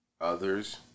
others